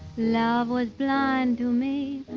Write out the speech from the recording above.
love was blind to me,